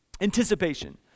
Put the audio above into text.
Anticipation